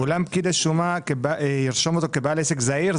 'אולם פקיד השומה ירשום אותו כבעל עסק זעיר',